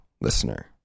listener